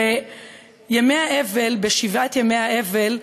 בימי האבל, בשבעת ימי האבל,